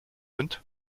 mund